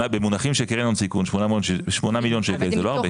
במונחים של קרן הון סיכון 8 מיליון שקל זה לא הרבה.